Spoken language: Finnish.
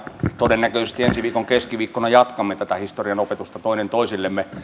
todennäköisesti ensi viikon keskiviikkona jatkamme tätä historian opetusta toinen toisillemme